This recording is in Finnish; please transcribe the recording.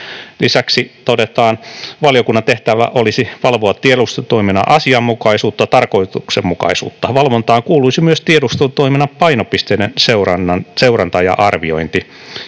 Lisäksi todetaan: ”Valiokunnan tehtävä olisi valvoa tiedustelutoiminnan asianmukaisuutta ja tarkoituksenmukaisuutta. Valvontaan kuuluisi myös tiedustelutoiminnan painopisteiden seuranta ja arviointi.”